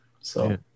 So-